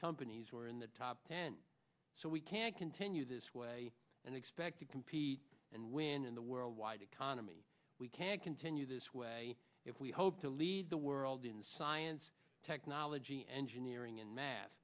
companies were in the top ten so we can't continue this way and expect to compete and win in the worldwide economy we can't continue this way if we hope to lead the world in science technology engineering and math